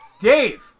Dave